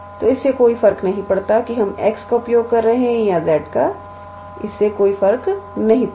तो इससे कोई फर्क नहीं पड़ता कि हम x का उपयोग कर रहे हैं या z इससे कोई फर्क नहीं पड़ता